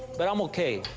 but i'm okay.